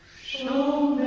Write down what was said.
show